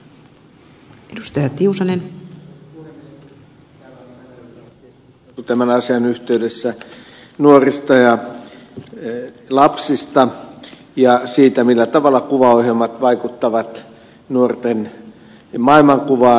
täällä on tänä iltana keskusteltu tämän asian yhteydessä nuorista ja lapsista ja siitä millä tavalla kuvaohjelmat vaikuttavat nuorten maailmankuvaan